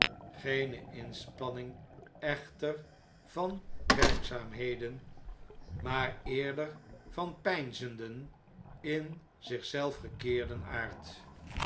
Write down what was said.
geene inspanning echter van werkzamen maar eerder van pemzenden in zich zelf gekeerden aard